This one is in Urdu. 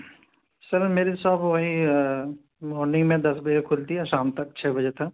سر میری ساپ وہی مورننگ میں دس بجے کھلتی ہے شام تک چھ بجے تک